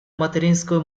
материнской